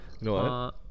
No